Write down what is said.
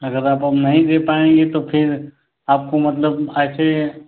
अगर आप अब नहीं दे पाएँगे तो फिर आपको मतलब ऐसे